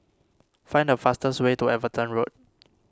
find the fastest way to Everton Road